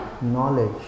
knowledge